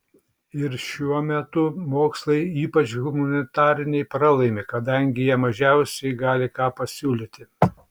ir šiuo metu mokslai ypač humanitariniai pralaimi kadangi jie mažiausiai gali ką pasiūlyti